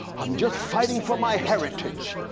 i'm just fighting for my heritage.